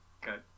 Good